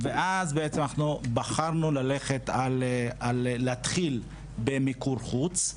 בחרנו להתחיל במיקור חוץ.